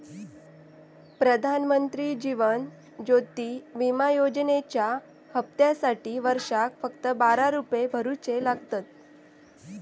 प्रधानमंत्री जीवन ज्योति विमा योजनेच्या हप्त्यासाटी वर्षाक फक्त बारा रुपये भरुचे लागतत